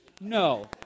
No